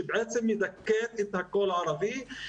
שבעצם מדכאת את הקול הערבי.